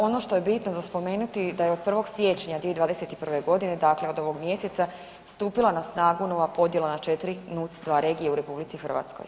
Ono što je bitno za spomenuti da je od 1. siječnja 2021., dakle od ovog mjeseca, stupila na snagu nova podjela na 4 NUTS 2 regije u RH.